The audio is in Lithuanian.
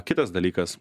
kitas dalykas